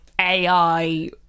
AI